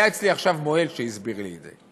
היה אצלי עכשיו מוהל שהסביר לי את זה,